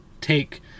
take